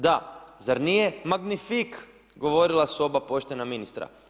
Da, zar nije magnifik, govorila su oba poštena ministra.